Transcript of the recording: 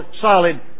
solid